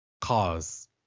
cause